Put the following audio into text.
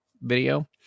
video